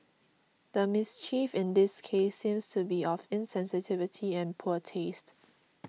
the mischief in this case seems to be of insensitivity and poor taste